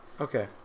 Okay